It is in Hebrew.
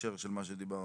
בהקשר של מה שדיברנו?